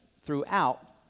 throughout